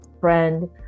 friend